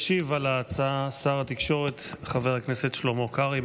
ישיב על ההצעה שר התקשורת חבר הכנסת שלמה קרעי,